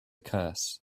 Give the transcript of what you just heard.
curse